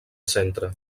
centre